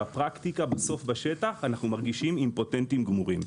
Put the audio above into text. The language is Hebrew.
בפרקטיקה בשטח אנחנו מרגישים אימפוטנטים גמורים.